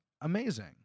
amazing